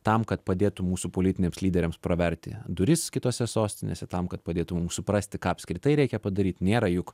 tam kad padėtų mūsų politiniams lyderiams praverti duris kitose sostinėse tam kad padėtų mum suprasti ką apskritai reikia padaryt nėra juk